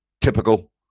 typical